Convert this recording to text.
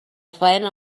faena